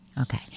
Okay